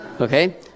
Okay